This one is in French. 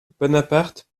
bonaparte